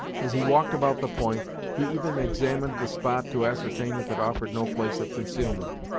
as he walked about the point, he even examined the spot to ascertain if it offered no place of concealment,